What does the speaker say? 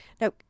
Now